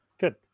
Good